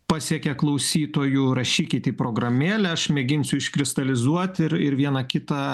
pasiekia klausytojų rašykit į programėlę aš mėginsiu iškristalizuot ir ir vieną kitą